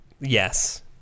yes